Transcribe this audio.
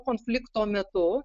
konflikto metu